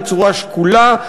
בצורה שקולה,